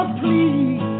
please